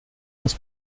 das